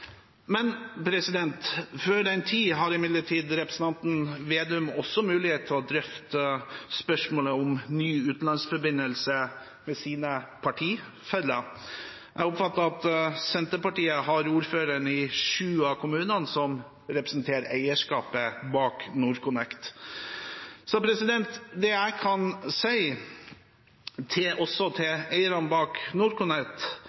Før den tid har imidlertid representanten Slagsvold Vedum mulighet til å drøfte spørsmålet om ny utenlandsforbindelse med sine partifeller. Jeg oppfatter at Senterpartiet har ordføreren i syv av kommunene som representerer eierskapet bak NorthConnect. Det jeg kan si til eierne bak NorthConnect,